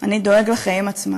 אני דואג לחיים עצמם.